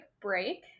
break